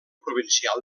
provincial